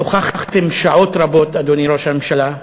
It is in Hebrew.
שוחחתם שעות רבות, אדוני ראש הממשלה,